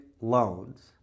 loans